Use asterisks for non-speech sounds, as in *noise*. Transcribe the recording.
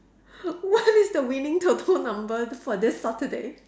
*laughs* what is the winning TOTO number for this Saturday